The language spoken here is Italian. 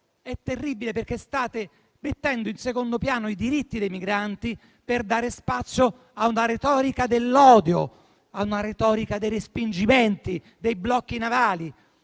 è terribile, perché state mettendo in secondo piano i diritti dei migranti per dare spazio a una retorica dell'odio, dei respingimenti e dei blocchi navali.